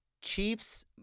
Chiefs